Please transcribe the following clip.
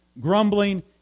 grumbling